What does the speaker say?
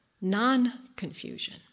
non-confusion